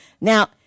Now